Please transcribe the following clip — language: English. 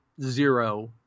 zero